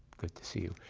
good to see you.